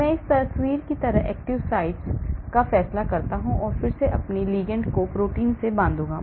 मैं इस तस्वीर की तरह active site पर फैसला करता हूं और फिर मैं अपने लिगैंड को प्रोटीन से बांधूंगा